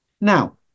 Now